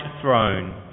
throne